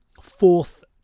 fourth